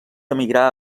emigrar